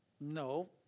No